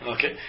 Okay